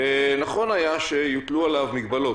ונכון היה שיוטלו עליו מגבלות.